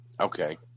Okay